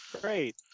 Great